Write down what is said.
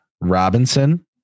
Robinson